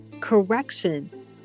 correction